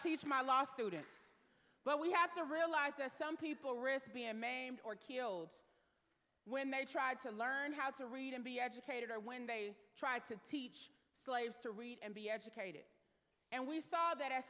teach my last two days but we have to realize that some people risk be a man or killed when they try to learn how to read and be educated or when they try to teach slaves to read and be educated and we saw that as